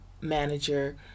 manager